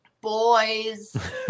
boys